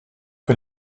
für